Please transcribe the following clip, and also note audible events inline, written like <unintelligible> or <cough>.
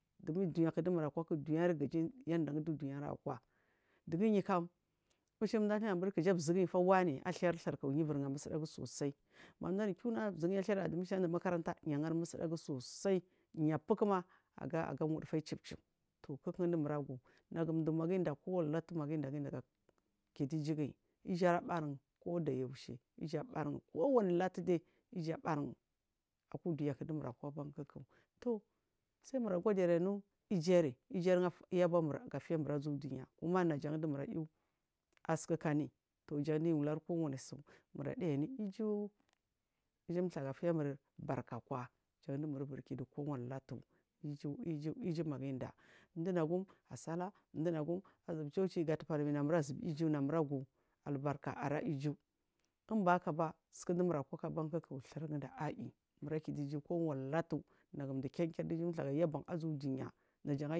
Dugu dunyaku dumurkwaku dunyari anari kijiyi yada du dunyari kwa dugu yuk an mbechi du mdu anubun kiji zuguyi athiyari thur zurguyi fa wani athiyari thur yu ivuri ga musdagu sosai ma mji anu kiuna zurguyi athairi admission uru makaranta yu angari musdagu sosai yu pukuma aga wudufayu chipeche kuku dumura agu mdumagu inda kwawuni latu magu inda ga kidu iju guyi iju ara bargu kodau yaushi iju ara barang kowani latudu igwa bargu aku dunya dumurkwaku sal mur agodiri anu ijuri ijuri jan fiyamur azu dunya kuma naja dumur ayusukari to gandug ulari kwani suku miwa nayi anu iju kugu mthagu fuya barkakwa jandumur ivuri kidu kowari latu iju iju iju magu inda mdunagum asalla mduunagum azul chuchi gatubari mura azubu iju gadubari albarka ara iju imbahaba suku dumur akwa ku kam thurguda aiyi kiji kowari latu nagu mdu kinkir du iju thagu azu dunya. <unintelligible>